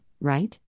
right